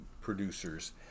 producers